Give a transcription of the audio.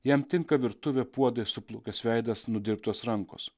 jam tinka virtuvė puodai suplukęs veidas nudirbtos rankos